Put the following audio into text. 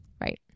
Right